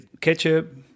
ketchup